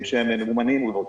שהם ממומנים עוד.